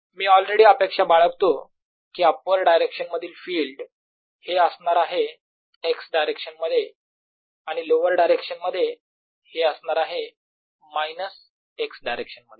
मी already अपेक्षा बाळगतो की अप्पर डायरेक्शन मधील फिल्ड हे असणार आहे x डायरेक्शन मध्ये आणि लोवर डायरेक्शन मध्ये हे असणार आहे मायनस x डायरेक्शन मध्ये